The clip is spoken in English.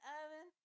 oven